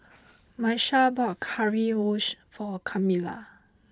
Miesha bought Currywurst for Camilla